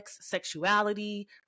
sexuality